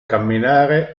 camminare